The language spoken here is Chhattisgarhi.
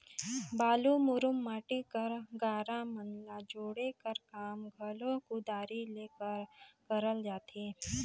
बालू, मुरूम, माटी कर गारा मन ल जोड़े कर काम घलो कुदारी ले करल जाथे